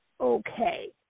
okay